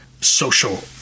social